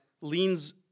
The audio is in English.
leans